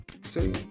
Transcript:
See